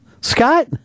Scott